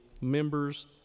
members